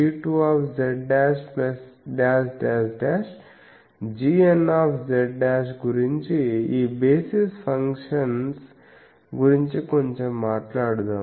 gnz గురించి ఈ basis functions గురించి కొంచెం మాట్లాడుదాం